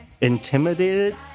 intimidated